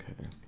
Okay